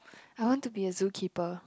I want to be a zoo keeper